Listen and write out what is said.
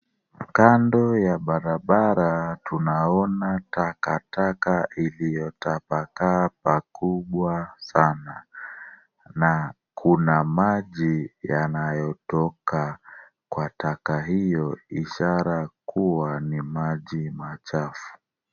Kando ya barabara tunaona takataka iliyotapakaa pakubwa sana na kuna maji yanayotoka kwa taka hiyo ishara kuwa ni maji machafu.